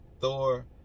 Thor